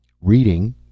Reading